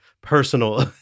personal